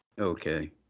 Okay